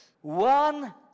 One